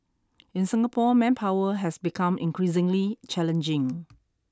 in Singapore manpower has become increasingly challenging